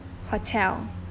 hotel